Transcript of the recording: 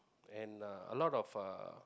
and uh a lot of uh